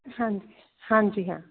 ਹਾਂਜੀ ਹਾਂਜੀ ਹਾਂ